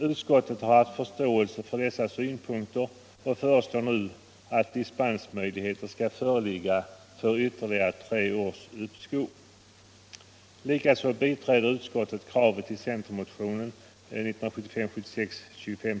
Utskottet har haft förståelse för dessa synpunkter och föreslår nu att dispensmöjligheter skall föreligga för ytterligare tre års uppskov.